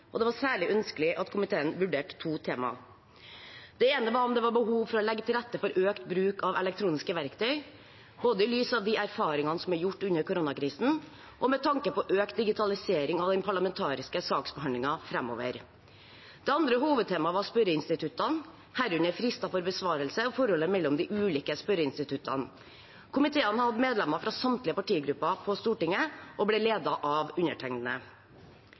og det var særlig ønskelig at komiteen vurderte to temaer. Det ene var om det var behov for å legge til rette for økt bruk av elektroniske verktøy, både i lys av de erfaringene som er gjort under koronakrisen, og med tanke på økt digitalisering av den parlamentariske saksbehandlingen framover. Det andre hovedtemaet var spørreinstituttene, herunder frister for besvarelse og forholdet mellom de ulike spørreinstituttene. Komiteen har hatt medlemmer fra samtlige partigrupper på Stortinget og ble ledet av undertegnede.